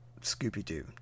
Scooby-Doo